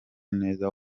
neza